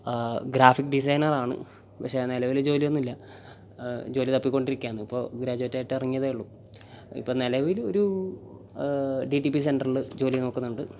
graphic designer ആണ് പക്ഷേ നിലവിൽ ജോലിയൊന്നുമില്ല ജോലി തപ്പി കൊണ്ടിരിക്കുവാണ് ഇപ്പോൾ ഗ്രാജുവേറ്റ് ആയിട്ട് ഇറങ്ങിയതേ ഉള്ളൂ ഇപ്പം നിലവിൽ ഒരു ഡി ടി പി സെൻറ്ററിൽ ജോലി നോക്കുന്നുണ്ട്